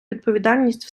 відповідальність